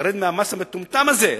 ותרד מהמס המטומטם הזה,